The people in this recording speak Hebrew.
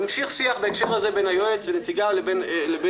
המשיך שיח בהקשר הזה בין היועץ ונציגיו לשר